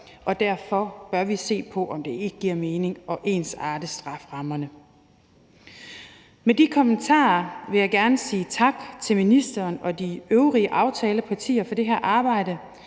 og derfor bør vi se på, om det ikke giver mening at ensarte strafferammerne. Med de kommentarer vil jeg gerne sige tak til ministeren og de øvrige aftalepartier for det her arbejde.